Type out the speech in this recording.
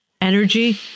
energy